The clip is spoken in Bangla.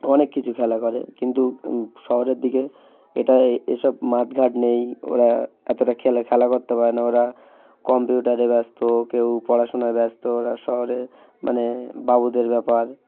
অনেক কিছু খেলা করে কিন্তু শহরের দিকে এটা এ এ সব মাঠ ঘাট নেই ওরা এতটা খেলা খেলা করতে পারে না ওরা কম্পিউটারে ব্যস্ত কেউ পড়াশোনায় ব্যস্ত ওরা শহরে মানে বাবুদের ব্যাপার